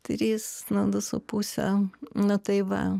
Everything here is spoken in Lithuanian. tris na du su puse nu tai va